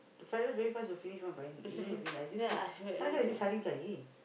the fried rice very fast will finish one but even if you~ I just cook